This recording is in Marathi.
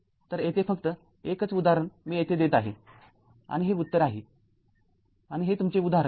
तर येथे फक्त एकच उदाहरण मी येथे देत आहे आणि हे उत्तर आहे आणि हे तुमचे उदाहरण आहे